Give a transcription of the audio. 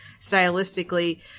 stylistically